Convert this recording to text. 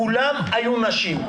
כולן היו נשים.